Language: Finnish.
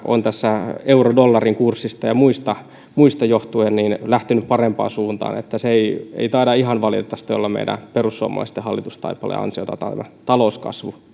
on tässä euron ja dollarin kurssista ja muista muista johtuen lähtenyt parempaan suuntaan niin että se ei ei taida valitettavasti olla ihan meidän perussuomalaisten hallitustaipaleen ansiota tämä talouskasvu